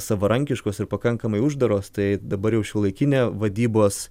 savarankiškos ir pakankamai uždaros tai dabar jau šiuolaikinė vadybos